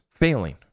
failing